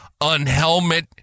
unhelmet